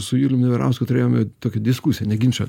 su juliumi jurausku turėjome tokį diskusinį ginčą